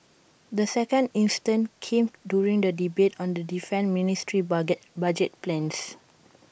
the second instance came during the debate on the defence ministry's budget budget plans